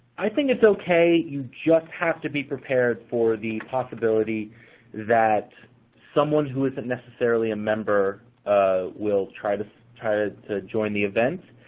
i think it's okay. you just have to be prepared for the possibility that someone who isn't necessarily a member will try to try to join the event.